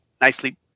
nicely